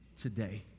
today